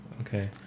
Okay